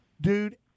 dude